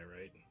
right